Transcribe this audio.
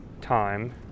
time